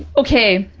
okay,